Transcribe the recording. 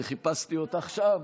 כנסת נכבדה,